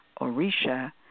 Orisha